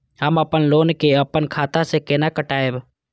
हम अपन लोन के अपन खाता से केना कटायब?